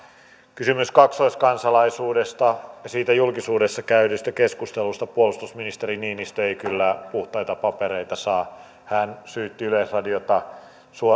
kysymyksestä kaksoiskansalaisuudesta ja siitä julkisuudessa käydystä keskustelusta puolustusministeri niinistö ei kyllä puhtaita papereita saa hän syytti yleisradiota